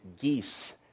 geese